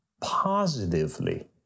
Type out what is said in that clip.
positively